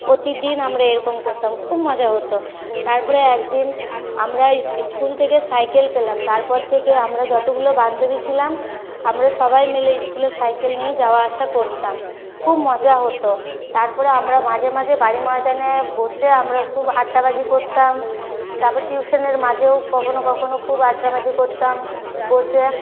প্রতিদিন আমরা এরকম করতাম খুব মজা হত তারপরে একদিন আমরা ইস্কুল থেকে সাইকেল পেলাম তারপর থেকে আমরা যতগুলো বান্ধবী ছিলাম আমরা সবাই মিলে ইস্কুলে সাইকেল নিয়ে যাওয়া আসা করতাম খুব মজা হত তারপরে আমরা মাঝে মাঝে বাড়ি ময়দানে বসে আমরা খুব আড্ডাবাজি করতাম তারপর টিউশনের মাঝেও কখনও কখনও খুব আড্ডাবাজি করতাম বসে